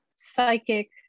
psychic